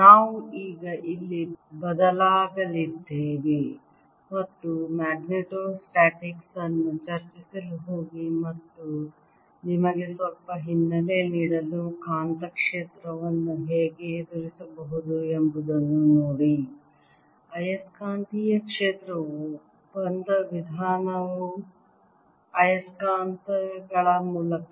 ನಾವು ಈಗ ಇಲ್ಲಿ ಬದಲಾಗಲಿದ್ದೇವೆ ಮತ್ತು ಮ್ಯಾಗ್ನೆಟೋಸ್ಟಾಟಿಕ್ಸ್ ಅನ್ನು ಚರ್ಚಿಸಲು ಹೋಗಿ ಮತ್ತು ನಿಮಗೆ ಸ್ವಲ್ಪ ಹಿನ್ನೆಲೆ ನೀಡಲು ಕಾಂತಕ್ಷೇತ್ರವನ್ನು ಹೇಗೆ ಎದುರಿಸಬಹುದು ಎಂಬುದನ್ನು ನೋಡಿ ಆಯಸ್ಕಾಂತೀಯ ಕ್ಷೇತ್ರವು ಬಂದ ವಿಧಾನವು ಆಯಸ್ಕಾಂತಗಳ ಮೂಲಕ